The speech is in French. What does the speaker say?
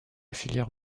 filière